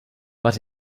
but